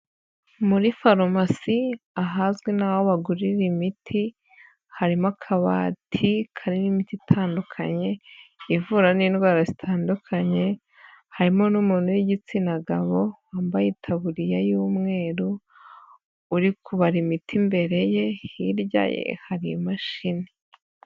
Muri farumasi, ahazwi n'aho bagurira imiti, harimo akabati karimo imiti itandukanye, ivura n'indwara zitandukanye, harimo n'umuntu w'igitsina gabo, wambaye taburiya y'umweru, uri kubara imiti imbere ye, hirya ye hari imashini.